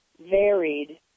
varied